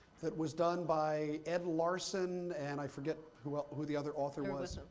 that was done by ed larson and i forget who ah who the other author was,